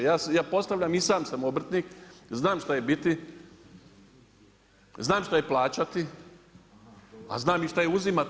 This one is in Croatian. Ja postavljam i sam sam obrtnik, znam šta je biti, znam šta je plaćati, a znam i šta je uzimati.